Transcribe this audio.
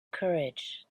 courage